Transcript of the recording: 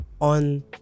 on